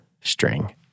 string